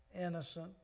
innocent